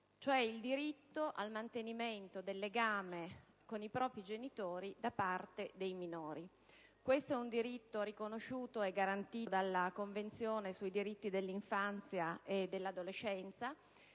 cioè il diritto al mantenimento del legame con i propri genitori da parte dei minori. Questo diritto è riconosciuto e garantito dalla Convenzione sui diritti dell'infanzia e dell'adolescenza,